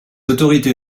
autorités